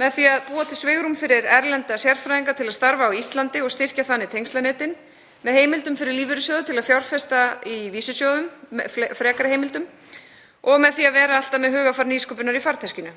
með því að búa til svigrúm fyrir erlenda sérfræðinga til að starfa á Íslandi og styrkja þannig tengslanetið, með frekari heimildum fyrir lífeyrissjóði til að fjárfesta í vísisjóðum og með því að vera alltaf með hugarfar nýsköpunar í farteskinu.